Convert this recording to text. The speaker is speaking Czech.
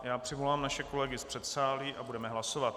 Já přivolám naše kolegy z předsálí a budeme hlasovat.